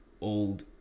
old